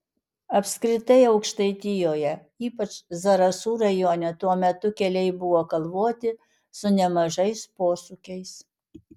apskritai aukštaitijoje ypač zarasų rajone tuo metu keliai buvo kalvoti su nemažais posūkiais